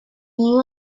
knew